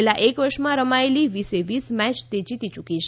છેલ્લા એક વર્ષમાં રમાયેલી વીસે વીસ મેય તે જીતી યૂકી છે